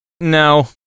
no